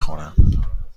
خورم